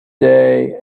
day